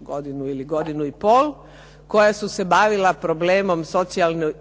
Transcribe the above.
godinu ili godinu i pol, koja su se bavila problemom socijalne